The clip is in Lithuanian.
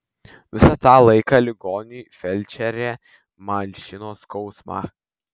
visą tą laiką ligoniui felčerė malšino skausmą